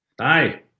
Hi